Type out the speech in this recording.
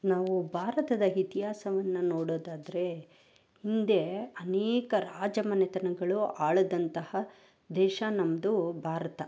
ನಾವು ಭಾರತದ ಇತಿಹಾಸವನ್ನ ನೋಡೋದಾದರೆ ಹಿಂದೆ ಅನೇಕ ರಾಜಮನೆತನಗಳು ಆಳಿದಂತಹ ದೇಶ ನಮ್ಮದು ಭಾರತ